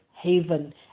haven